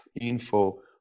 info